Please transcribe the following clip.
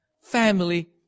family